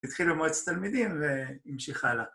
התחיל במועצת תלמידים והמשיכה הלאה.